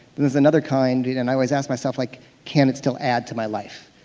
there's another kind and i always ask myself, like can it still add to my life?